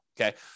okay